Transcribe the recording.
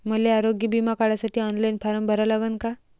मले आरोग्य बिमा काढासाठी ऑनलाईन फारम भरा लागन का?